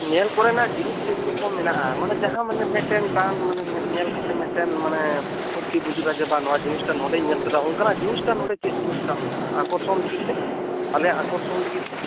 ᱧᱮᱞ ᱠᱚᱨᱮᱱᱟᱜ ᱡᱤᱱᱤᱥ ᱠᱚ ᱪᱮᱫ ᱪᱮᱫ ᱠᱚ ᱢᱮᱱᱟᱜ ᱟ ᱢᱟᱱᱮ ᱢᱟᱦᱟᱸ ᱢᱟᱱᱮ ᱢᱮᱫ ᱴᱮᱱ ᱴᱟᱱ ᱢᱟᱱᱮ ᱢᱮᱫ ᱴᱮᱱ ᱧᱮᱞ ᱠᱟᱛᱮᱫ ᱢᱤᱫ ᱴᱮᱱ ᱢᱟᱱᱮ ᱯᱷᱩᱨᱛᱤ ᱵᱩᱡᱩᱜ ᱟ ᱡᱮ ᱵᱟᱝ ᱱᱚᱶᱟ ᱡᱤᱱᱤᱥ ᱴᱟᱜ ᱱᱚᱰᱮᱧ ᱧᱮᱞ ᱟᱠᱟᱫᱟ ᱚᱱᱠᱟᱱᱟᱜ ᱡᱤᱱᱤᱥ ᱴᱟᱜ ᱱᱚᱰᱮ ᱪᱮᱫ ᱡᱤᱱᱤᱥ ᱴᱟᱜ ᱢᱮᱱᱟᱜ ᱟ ᱟᱠᱚᱨᱥᱚᱱ ᱞᱟᱹᱜᱤᱫ ᱛᱮ ᱟᱞᱮᱭᱟᱜ ᱟᱠᱚᱨᱥᱚᱱ ᱞᱟᱹᱜᱤᱫ ᱛᱮ